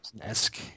esque